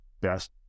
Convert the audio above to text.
best